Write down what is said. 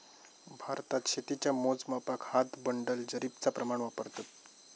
भारतात शेतीच्या मोजमापाक हात, बंडल, जरीबचा प्रमाण वापरतत